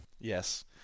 Yes